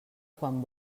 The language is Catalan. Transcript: quan